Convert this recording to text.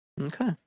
Okay